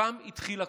שם התחיל הכול.